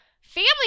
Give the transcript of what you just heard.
Family